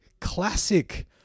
classic